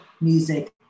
music